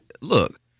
Look